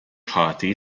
ħati